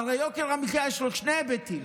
הרי ליוקר המחיה יש שני היבטים,